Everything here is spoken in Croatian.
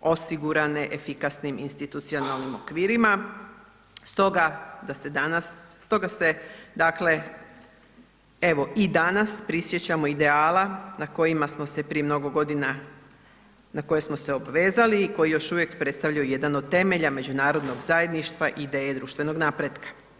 osigurane efikasnim institucionalnim okvirima, stoga da se danas, stoga se, dakle evo i danas prisjećamo ideala na kojima smo se prije mnogo godina, na koje smo se obvezali i koji još uvijek predstavljaju jedan od temelja međunarodnog zajedništva i ideje društvenog napretka.